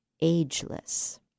ageless